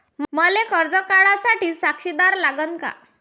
मले कर्ज काढा साठी साक्षीदार लागन का?